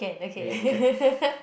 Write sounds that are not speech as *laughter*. we can you can *breath*